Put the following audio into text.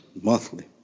monthly